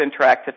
Interactive